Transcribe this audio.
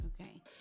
Okay